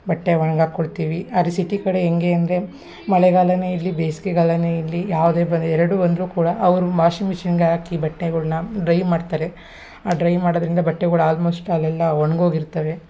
ಬಟ್ಟೆ ಒಣ್ಗಿ ಹಾಕ್ ಕೊಡ್ತೀವಿ ಆದ್ರೆ ಸಿಟಿ ಕಡೆ ಹೆಂಗೆ ಅಂದರೆ ಮಳೆಗಾಲವೇ ಇರಲಿ ಬೇಸ್ಗೆಗಾಲವೇ ಇರಲಿ ಯಾವುದೇ ಬರಲಿ ಎರಡೂ ಬಂದರೂ ಕೂಡ ಅವರು ವಾಷಿಂಗ್ ಮಿಷಿನ್ಗೆ ಹಾಕಿ ಬಟ್ಟೆಗಳ್ನ ಡ್ರೈ ಮಾಡ್ತಾರೆ ಆ ಡ್ರೈ ಮಾಡೋದರಿಂದ ಬಟ್ಟೆಗಳು ಆಲ್ಮೋಶ್ಟ್ ಅಲ್ಲೆಲ್ಲ ಒಣಗೋಗಿರ್ತವೆ